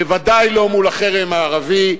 בוודאי לא מול החרם הערבי.